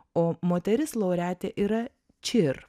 o moteris laureatė yra čir